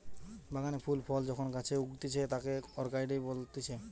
বাগানে ফুল ফল যখন গাছে উগতিচে তাকে অরকার্ডই বলতিছে